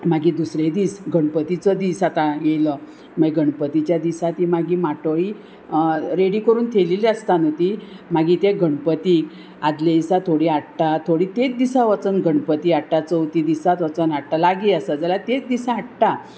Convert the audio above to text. मागीर दुसरे दीस गणपतीचो दीस आतां येयलो मागीर गणपतीच्या दिसा ती मागीर माटोळी रेडी करून थेलेली आसता न्हू ती मागीर तें गणपतीक आदले दिसा थोडी हाडटा थोडी तेच दिसा वचून गणपती हाडटा चवथी दिसां वचोन हाडटा लागीं आसा जाल्यार तेच दिसा हाडटा